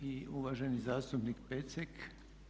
I uvaženi zastupnik Pecnik.